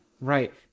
Right